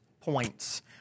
points